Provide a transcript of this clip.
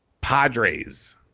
Padres